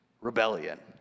rebellion